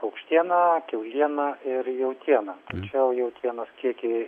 paukštiena kiauliena ir jautiena jau jautienos kiekiai